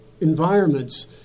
environments